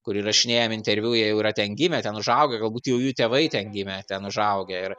kur įrašinėjam interviu jie jau yra ten gimę ten užaugę galbūt jau jų tėvai ten gimę ten užaugę ir